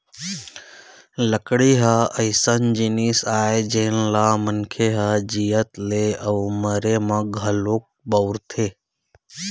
लकड़ी ह अइसन जिनिस आय जेन ल मनखे ह जियत ले अउ मरे म घलोक बउरथे